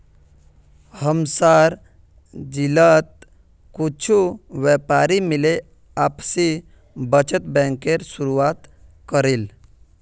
हमसार जिलात कुछु व्यापारी मिले आपसी बचत बैंकेर शुरुआत करील